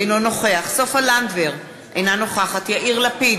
אינו נוכח סופה לנדבר, אינה נוכחת יאיר לפיד,